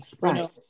right